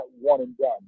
one-and-done